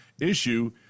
issue